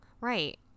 Right